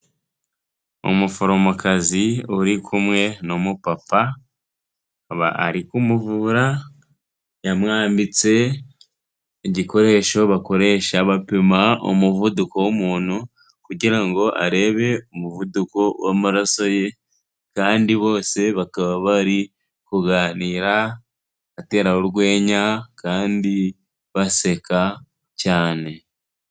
Umuforomokazi uri kumwe n'umu papa ari kumuvura, yamwambitse igikoresho bakoresha bapima umuvuduko w'umuntu kugira ngo arebe umuvuduko w'amaraso ye kandi bose bakaba bari kuganira atera urwenya kandi baseka cyane.